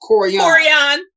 Corian